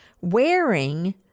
wearing